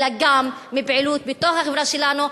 אלא גם מפעילות בתוך החברה שלנו.